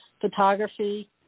photography